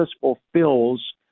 fulfills